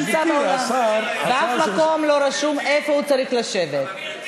בשום מקום לא רשום איפה הוא צריך לשבת.